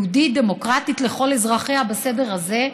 יהודית דמוקרטית לכל אזרחיה, בסדר הזה.